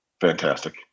fantastic